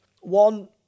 One